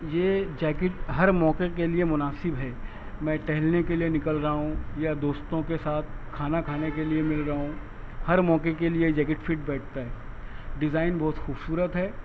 یہ جیکٹ ہر موقعے کے لیے مناسب ہے میں ٹہلنے کے لیے نکل رہا ہوں یا دوستوں کے ساتھ کھانا کھانے کے لیے مل رہا ہوں ہر موقعے کے لیے یہ جیکٹ فٹ بیٹھتا ہے ڈیزائن بہت خوبصورت ہے